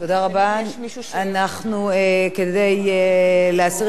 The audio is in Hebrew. כדי להסיר כל ספק,